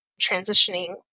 transitioning